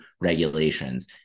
regulations